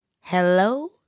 Hello